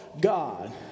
God